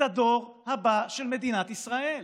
את הדור הבא של מדינת ישראל.